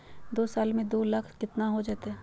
दू साल में दू लाख केतना हो जयते?